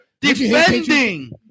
defending